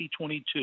2022